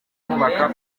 kubaka